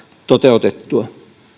toteutettua